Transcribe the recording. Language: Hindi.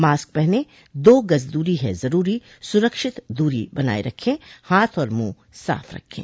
मास्क पहनें दो गज़ दूरी है ज़रूरी सुरक्षित दूरी बनाए रखें हाथ और मुंह साफ़ रखें